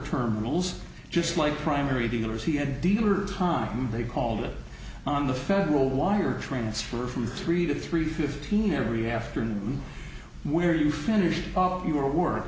terminals just like primary dealers he had dinner time they called it on the federal wire transfer from three to three fifteen every afternoon where you finished up your wor